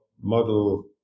model